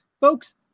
folks